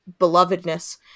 belovedness